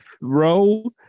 throw